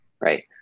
right